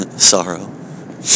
sorrow